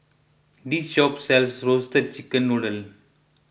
this shop sells Roasted Chicken Noodle